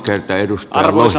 arvoisa puhemies